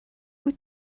wyt